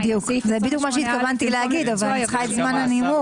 זה בדיוק מה שהתכוונתי להגיד אבל לשם כך אני צריכה את זמן הנימוק.